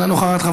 אינה נוכחת,